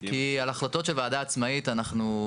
כי על החלטות של וועדה עצמאית אנחנו,